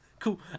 Cool